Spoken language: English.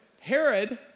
Herod